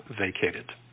vacated